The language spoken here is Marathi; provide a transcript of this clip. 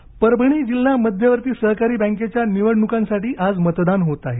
बँक निवडणक परभणी जिल्हा मध्यवर्ती सहकारी बँकेच्या निवडणुकांसाठी आज मतदान होत आहे